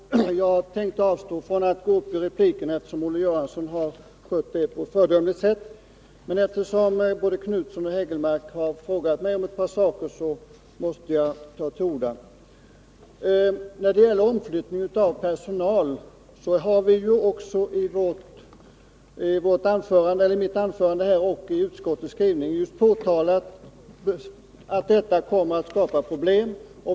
Herr talman! Jag hade tänkt avstå från att replikera, eftersom Olle Göransson har skött debatten på ett föredömligt sätt. Men eftersom både Göthe Knutson och Eric Hägelmark har frågat mig ett par saker måste jag ta till orda. När det gäller omflyttningen av personal har jag i mitt anförande och utskottet i sin skrivning påpekat att detta kommer att skapa problem.